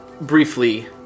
briefly